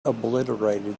obliterated